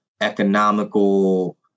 economical